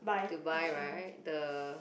to buy right the